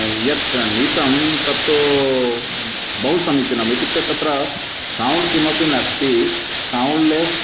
यत् नीतं तत्तु बहु समीचीनम् इत्युक्ते तत्र सौण्ड् किमपि नास्ति सौण्ड्लेस्